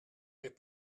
des